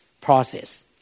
process